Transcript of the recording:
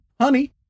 honey